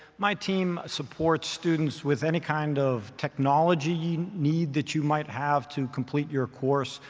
my team supports students with any kind of technology need that you might have to complete your course.